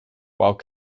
while